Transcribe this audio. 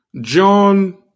John